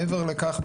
מעבר לכך,